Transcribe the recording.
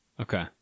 Okay